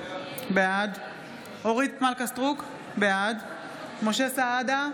בעד אורית מלכה סטרוק, בעד משה סעדה,